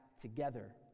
together